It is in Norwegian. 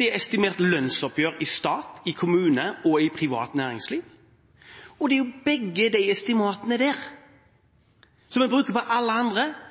det er estimert lønnsoppgjør i stat, kommune og privat næringsliv. Det er de to estimatene som vi bruker på alle andre,